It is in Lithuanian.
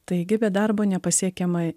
taigi be darbo nepasiekiama